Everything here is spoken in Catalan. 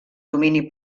domini